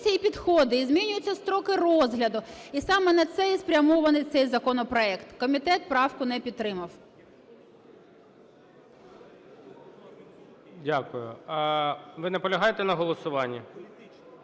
Дякую. Ви наполягаєте на голосуванні?